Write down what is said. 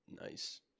nice